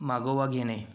मागोवा घेणे